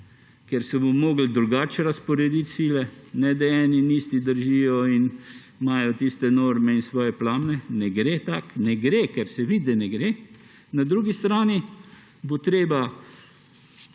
ker si bomo morali drugače razporediti sile, ne da eni in isti držijo ter imajo tiste norme in svoje plane. Ne gre tako, ne gre, ker se vidi, da ne gre. Na drugi strani bo treba